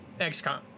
XCOM